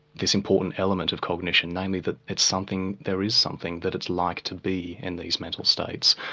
this important element of cognition, namely that it's something, there is something that it's like to be in these mental states.